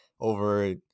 over